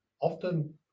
Often